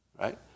right